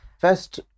First